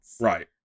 Right